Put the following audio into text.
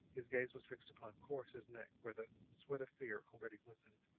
his gaze was fixed upon corrus's neck, where the sweat of fear already glistened.